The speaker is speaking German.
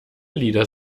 lieder